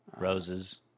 Roses